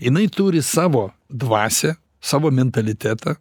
jinai turi savo dvasią savo mentalitetą